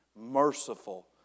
merciful